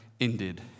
ended